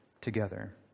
together